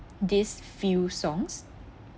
these few songs